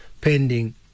pending